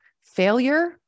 failure